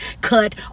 cut